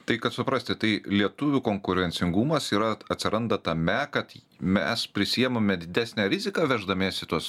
tai kad suprasti tai lietuvių konkurencingumas yra atsiranda tame kad mes prisiimame didesnę riziką veždamiesi tuos